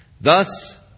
Thus